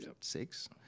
six